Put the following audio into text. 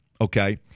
okay